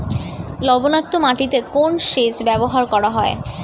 লবণাক্ত মাটিতে কোন সেচ ব্যবহার করা হয়?